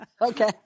Okay